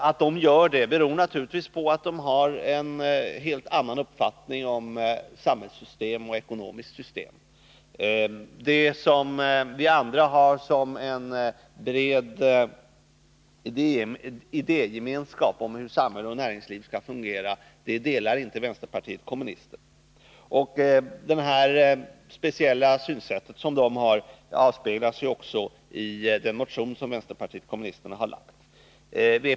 Att de gör det beror naturligtvis på att de har en helt annan uppfattning om samhällssystem och ekonomiskt system. Den breda idégemenskap om hur samhälle och näringsliv skall fungera som vi andra har delar inte vänsterpartiet kommunisterna. Det speciella synsätt de har avspeglas också i den motion vänsterpartiet kommunisterna har lagt fram.